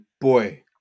boy